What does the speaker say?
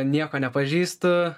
nieko nepažįstu